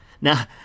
Now